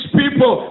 people